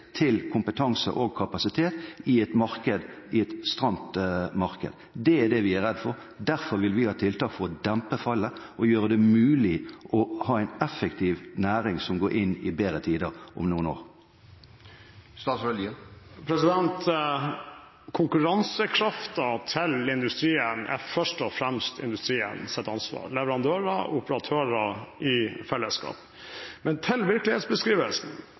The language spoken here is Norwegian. til kompetanse og kapasitet i et stramt marked? Det er det vi er redd for. Derfor vil vi ha tiltak for å dempe fallet og gjøre det mulig å ha en effektiv næring som går inn i bedre tider om noen år. Konkurransekraften til industrien er først og fremst industriens ansvar – leverandører og operatører i fellesskap. Til virkelighetsbeskrivelsen,